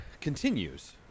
continues